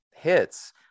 hits